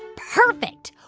perfect.